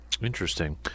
Interesting